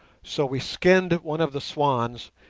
so we skinned one of the swans,